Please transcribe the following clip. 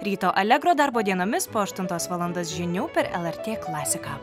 ryto alegro darbo dienomis po aštuntos valandos žinių per lrt klasiką